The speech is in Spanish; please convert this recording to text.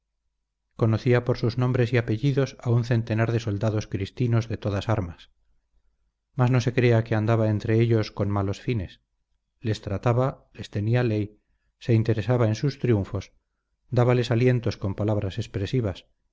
conocía por sus nombres y apellidos a un centenar de soldados cristinos de todas armas mas no se crea que andaba entre ellos con malos fines les trataba les tenía ley se interesaba en sus triunfos dábales alientos con palabras expresivas